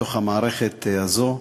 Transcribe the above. מתוך המערכת הזאת.